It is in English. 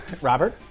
Robert